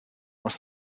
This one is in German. aus